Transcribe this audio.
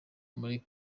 muri